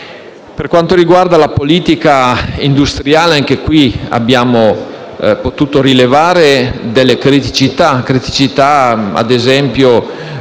Per quanto riguarda la politica industriale abbiamo potuto rilevare delle criticità, legate ad esempio